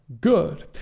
good